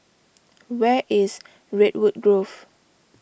where is Redwood Grove